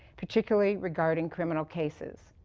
particularly regarding criminal cases.